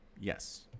Yes